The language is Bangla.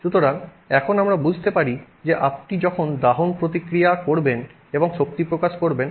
সুতরাং এখন আমরা বুঝতে পারি যে আপনি যখন দাহন প্রতিক্রিয়া করবেন এবং শক্তি প্রকাশ করবেন তখন সেটি এই প্রক্রিয়ায় হবে